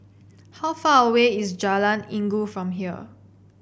how far away is Jalan Inggu from here